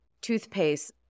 toothpaste